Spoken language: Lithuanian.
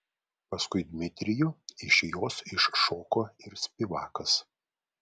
paskui dmitrijų iš jos iššoko ir spivakas